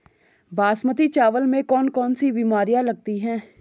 बासमती चावल में कौन कौन सी बीमारियां लगती हैं?